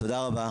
טוב, תודה רבה.